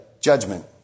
judgment